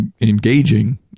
engaging